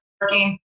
working